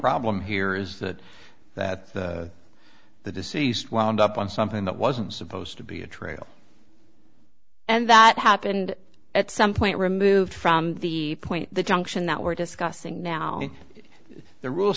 problem here is that that the deceased wound up on something that wasn't supposed to be a trail and that happened at some point removed from the point the junction that we're discussing now the rule